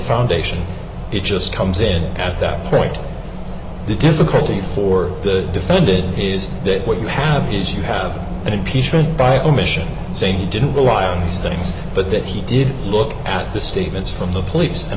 foundation it just comes in at that point the difficulty for the defended is that what you have is you have an impeachment by omission same he didn't rely on these things but that he did look at the statements from the police and